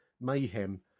Mayhem